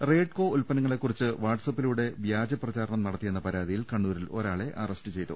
റെയ്ഡ്കോ ഉല്പന്നങ്ങളെകുറിച്ച് വാട്സാപ്പിലൂടെ വ്യാജപ്ര ചാരണം നടത്തിയെന്ന പരാതിയിൽ കണ്ണൂരിൽ ഒരാളെ പൊലീസ് അറസ്റ്റ് ചെയ്തു